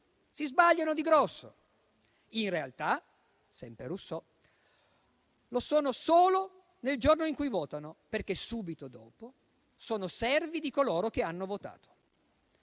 Si sbagliano di grosso. In realtà - diceva sempre Rousseau - lo sono solo nel giorno in cui votano, perché subito dopo sono servi di coloro che hanno votato.